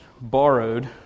borrowed